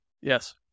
Yes